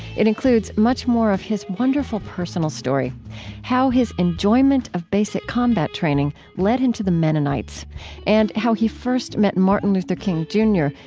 it includes much more of his wonderful personal story how his enjoyment of basic combat training led him to the mennonites and how he first met martin luther king jr,